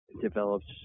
develops